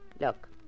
Look